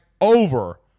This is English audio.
over